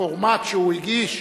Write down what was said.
בפורמט שהוא הגיש.